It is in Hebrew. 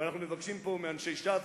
ואנחנו מבקשים פה מאנשי ש"ס,